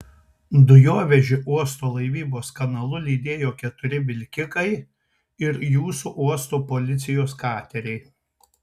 dujovežį uosto laivybos kanalu lydėjo keturi vilkikai ir jūsų uosto policijos kateriai